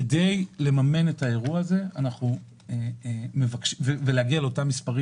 כדי לממן את האירוע הזה ולהגיע לכ-200,000,